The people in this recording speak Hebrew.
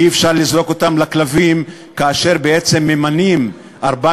ואי-אפשר לזרוק אותם לכלבים כאשר בעצם ממנים 400